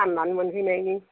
फान्नानै मोनहैनायनि